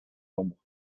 nombres